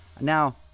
Now